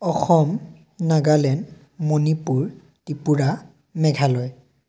Assam Nagaland Manipur Tripura Meghalaya